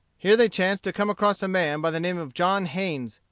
here they chanced to come across a man by the name of john haynes,